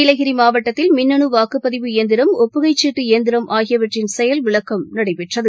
நீலகிரிமாவட்டத்தில் மின்னனுவாக்குப்பதிவு இயந்திரம் ஒப்புகைச்சீட்டு இயந்திரம் ஆகியவற்றின் செயல்விளக்கம் நடைபெற்றது